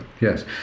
yes